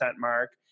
mark